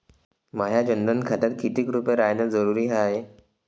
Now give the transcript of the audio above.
माह्या जनधन खात्यात कितीक रूपे रायने जरुरी हाय?